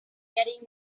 getting